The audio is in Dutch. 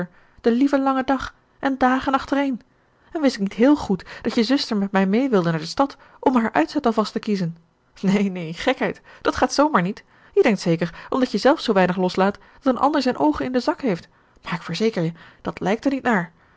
den lieven langen dag en dagen achtereen en wist ik niet heel goed dat je zuster met mij mee wilde naar de stad om haar uitzet al vast te kiezen neen neen gekheid dat gaat zoomaar niet je denkt zeker omdat je zelf zoo weinig loslaat dat een ander zijn oogen in den zak heeft maar ik verzeker je dat lijkt er niet naar